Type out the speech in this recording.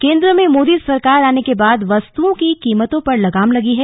केंद्र में मोदी सरकार आने के बाद वस्तुओं की कीमतों पर लगाम लगी है